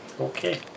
Okay